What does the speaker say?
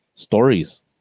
Stories